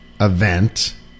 event